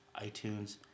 iTunes